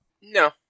No